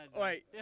Wait